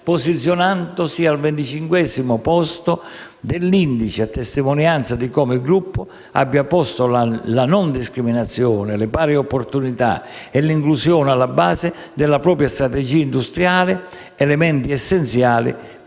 posizionandosi al venticinquesimo posto dell'indice, a testimonianza di come il gruppo abbia posto la non discriminazione, le pari opportunità e l'inclusione alla base della propria strategia industriale, elementi essenziali